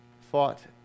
fought